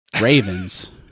Ravens